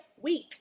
week